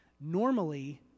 Normally